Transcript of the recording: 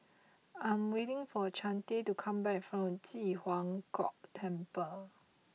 I am waiting for Chante to come back from Ji Huang Kok Temple